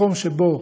מקום שבו